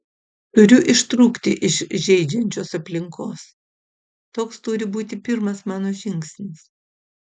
turiu ištrūkti iš žeidžiančios aplinkos toks turi būti pirmas mano žingsnis